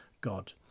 God